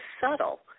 subtle